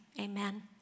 Amen